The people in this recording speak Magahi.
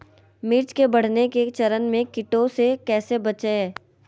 मिर्च के बढ़ने के चरण में कीटों से कैसे बचये?